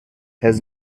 has